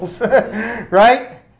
Right